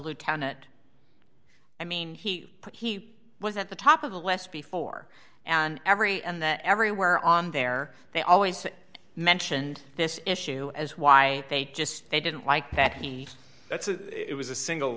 lieutenant i mean he put he was at the top of the west before and every and that everywhere on there they always mentioned this issue as why they just they didn't like that it was a single